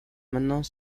maintenant